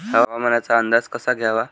हवामानाचा अंदाज कसा घ्यावा?